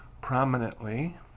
prominently